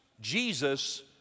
Jesus